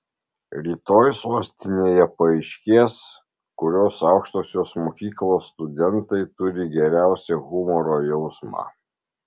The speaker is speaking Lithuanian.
rytoj sostinėje paaiškės kurios aukštosios mokyklos studentai turi geriausią humoro jausmą